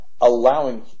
allowing